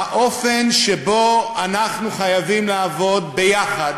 האופן שבו אנחנו חייבים לעבוד ביחד,